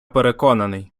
переконаний